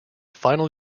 final